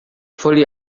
fully